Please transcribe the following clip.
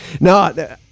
No